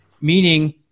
meaning